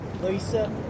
Lisa